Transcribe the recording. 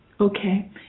Okay